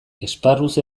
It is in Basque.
esparruz